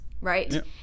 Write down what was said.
right